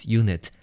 unit